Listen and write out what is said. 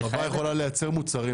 חווה יכולה לייצר מוצרים.